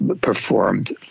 performed